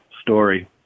story